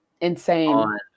insane